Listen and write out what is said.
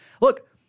Look